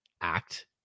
act